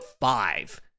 five